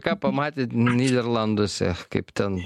ką pamatėt nyderlanduose kaip ten